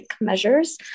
measures